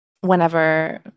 whenever